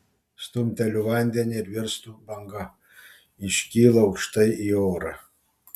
stumteliu vandenį ir virstu banga iškylu aukštai į orą